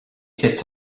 cet